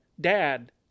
Dad